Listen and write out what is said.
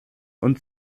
und